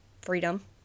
freedom